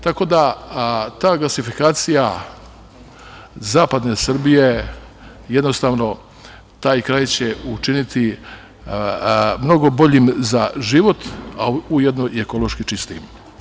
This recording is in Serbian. Tako da ta gasifikacija Zapadne Srbije, jednostavno taj kraj će učini mnogo boljim za život a ujedno i ekološki čistijim.